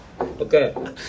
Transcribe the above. Okay